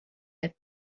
had